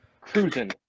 Cruising